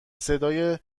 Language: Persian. صدای